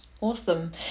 Awesome